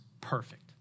perfect